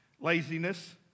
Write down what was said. laziness